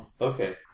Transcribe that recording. Okay